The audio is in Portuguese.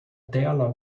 tela